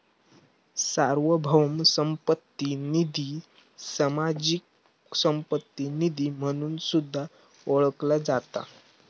सार्वभौम संपत्ती निधी, सामाजिक संपत्ती निधी म्हणून सुद्धा ओळखला जाता